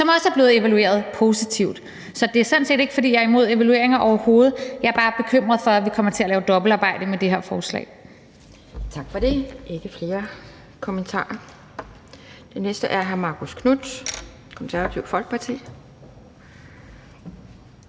der også er blevet evalueret positivt. Så det er sådan set overhovedet ikke, fordi jeg er imod evalueringer. Jeg er bare bekymret for, at vi kommer til at lave dobbeltarbejde med det her forslag.